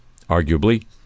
arguably